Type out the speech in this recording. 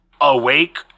awake